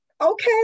okay